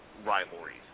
rivalries